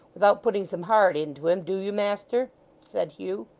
without putting some heart into him, do you, master said hugh.